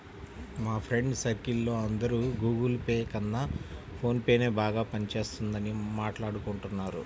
మా friends circle లో అందరూ గుగుల్ పే కన్నా ఫోన్ పేనే బాగా పని చేస్తున్నదని మాట్టాడుకుంటున్నారు